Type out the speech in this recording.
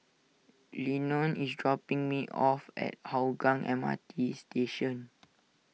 Lenon is dropping me off at Hougang M R T Station